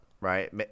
right